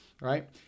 right